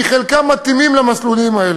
כי חלקם מתאימים למסלולים האלה.